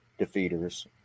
defeaters